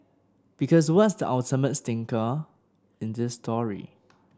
because what's the ultimate stinker in this story